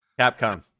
Capcom